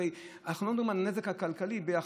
הרי אנחנו לא מדברים על הנזק הכלכלי ביחד.